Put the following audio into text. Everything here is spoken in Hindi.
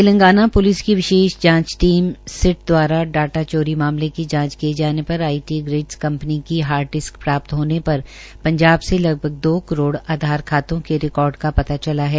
तेलगांना प्लिस की विशेष जांच टीम एसआईटी द्वारा डाटा चोरी मामले की जांच किए जाने पर आई टी ग्रिडस कंपनी की हार्ड डिस्क प्राप्त होने पर पंजाब से लगभग दो करोड़ आधार खातों के रिकार्ड का पता चला है